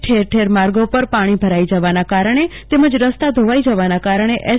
ઠેરઠર માર્ગો પર પ ાણી ભરાઈ જવાના કારણે તેમજ રસ્તાપર ધોવાઈ ના કારણે એસ